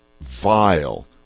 vile